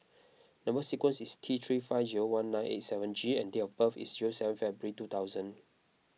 Number Sequence is T three five one nine eight seven G and date of birth is seven February two thousand